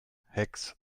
hex